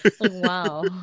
Wow